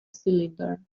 cylinder